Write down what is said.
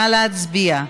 נא להצביע.